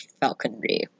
falconry